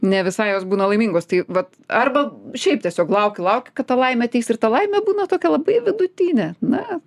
ne visai jos būna laimingos tai vat arba šiaip tiesiog lauki lauki kad ta laimė ateis ir ta laimė būna tokia labai vidutinė na